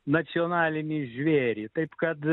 nacionalinį žvėrį taip kad